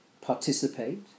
participate